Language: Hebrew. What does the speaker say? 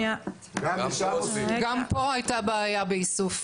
גם פה הייתה בעיה באיסוף.